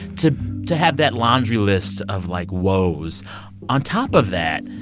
to to have that laundry list of, like, woes on top of that,